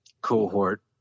cohort